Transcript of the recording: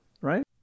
right